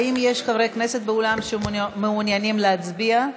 האם יש חברי כנסת באולם שמעוניינים להצביע?